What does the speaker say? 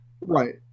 Right